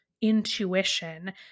intuition